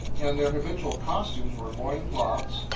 and their habitual costumes were loincloths,